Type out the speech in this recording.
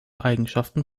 eigenschaften